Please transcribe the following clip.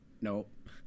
Nope